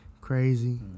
Crazy